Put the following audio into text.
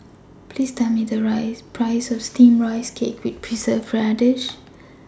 Tell Me The Price of Steamed Rice Cake with Preserved Radish